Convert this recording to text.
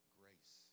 grace